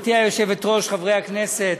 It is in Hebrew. גברתי היושבת-ראש, חברי הכנסת,